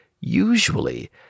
usually